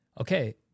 okay